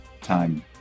Time